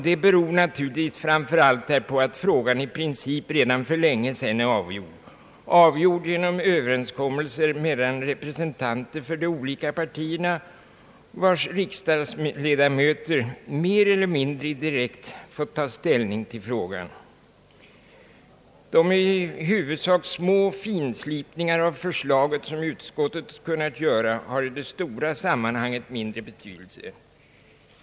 Detta beror naturligtvis framför allt därpå att frågan i princip redan för länge sedan är avgjord — avgjord genom Överenskommelser mellan representanter för de olika partierna, vilkas riksdagsledamöter mer eller mindre direkt fått ta ställning i frågan. De i huvudsak små finslipningar av förslaget, som utskottet kunnat göra, har i det stora sammanhanget mindre betydelse.